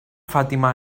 fatima